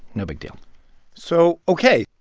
no big deal so ok,